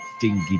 dingy